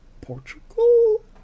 Portugal